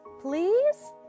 please